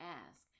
ask